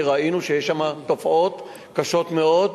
כי ראינו שיש שם תופעות קשות מאוד,